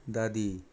दादी